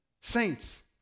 Saints